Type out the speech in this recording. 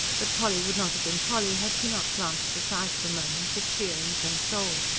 but polly would not have been polly, had she not glanced aside for a moment, to cheer and console.